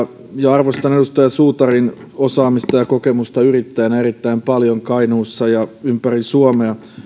arvostan erittäin paljon edustaja suutarin osaamista ja kokemusta yrittäjänä kainuussa ja ympäri suomea